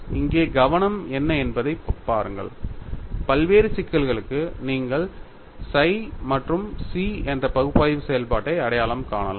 இங்கே கவனம் என்ன என்பதைப் பாருங்கள் பல்வேறு சிக்கல்களுக்கு நீங்கள் psi மற்றும் chi என்ற பகுப்பாய்வு செயல்பாட்டை அடையாளம் காணலாம்